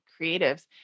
creatives